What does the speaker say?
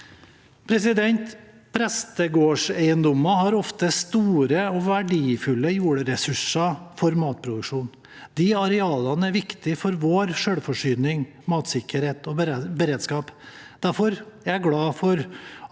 de utgjør. Prestegårdseiendommer har ofte store og verdifulle jordressurser for matproduksjon. De arealene er viktige for vår selvforsyning, matsikkerhet og beredskap. Derfor er jeg glad for at